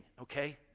okay